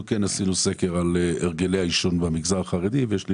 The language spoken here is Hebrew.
כן עשינו סקר על הרגלי העישון במגזר החרדי ואם תרצה,